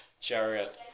chariot